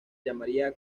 llamaría